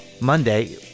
Monday